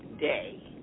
day